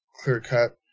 clear-cut